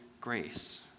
grace